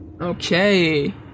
Okay